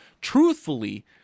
truthfully